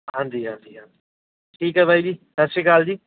ਹਾਂਜੀ ਹਾਂਜੀ ਹਾਂਜੀ ਠੀਕ ਹੈ ਬਾਈ ਜੀ ਸਤਿ ਸ਼੍ਰੀ ਅਕਾਲ ਜੀ